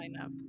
lineup